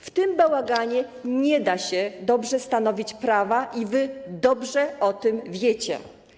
W tym bałaganie nie da się dobrze stanowić prawa i wy dobrze o tym wiecie.